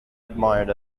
admired